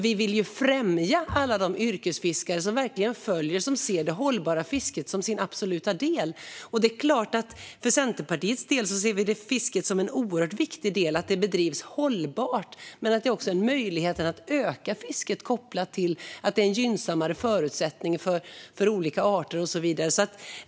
Vi vill ju främja alla de yrkesfiskare som ser det hållbara fisket som sin absoluta verksamhet. För Centerpartiets del ser vi det som en oerhört viktig del att fisket bedrivs hållbart men också att det finns möjlighet att öka fisket kopplat till att det är en gynnsammare förutsättning för olika arter och så vidare.